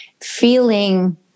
feeling